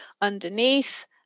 underneath